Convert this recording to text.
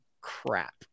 crap